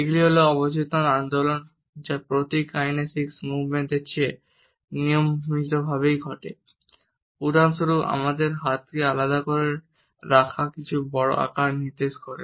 এগুলি হল অবচেতন আন্দোলন যা প্রতিক কাইনেসিক মুভমেন্টের চেয়ে নিয়মিতভাবে ঘটে উদাহরণস্বরূপ আমাদের হাতকে আলাদা করে ধরে রাখা কিছুর বড় আকার নির্দেশ করে